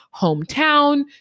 hometown